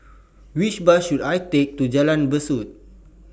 Which Bus should I Take to Jalan Besut